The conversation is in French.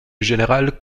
général